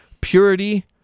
purity